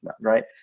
right